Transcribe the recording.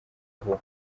vuba